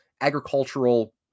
agricultural